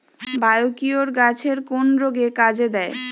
Biocure গাছের কোন রোগে কাজেদেয়?